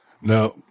Now